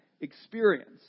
experience